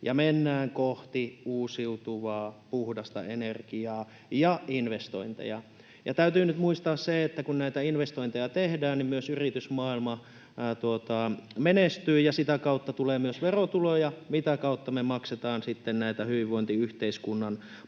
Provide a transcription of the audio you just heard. mennään kohti uusiutuvaa puhdasta energiaa ja investointeja. Ja täytyy nyt muistaa se, että kun näitä investointeja tehdään, niin myös yritysmaailma menestyy ja sitä kautta tulee myös verotuloja, mitä kautta me maksamme sitten näitä hyvinvointiyhteiskunnan palveluita.